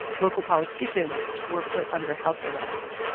local politicians were put under house arrest.